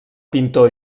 pintor